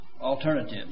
Alternatives